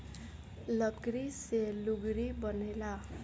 लकड़ी से लुगड़ी बनेला